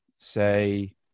say